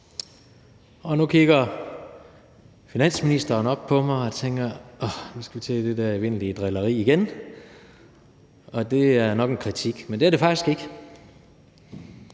Og nu kigger finansministeren op på mig og tænker: Nu skal vi til det der evindelige drilleri igen, og det er nok en kritik. Men det er det faktisk ikke,